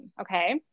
Okay